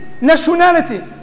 nationality